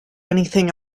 anything